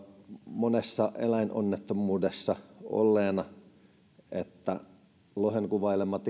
monessa eläinonnettomuudessa olleena että lohen kuvailemassa